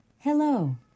Hello